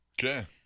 Okay